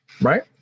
right